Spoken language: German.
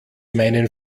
meinen